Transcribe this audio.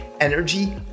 Energy